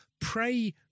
pray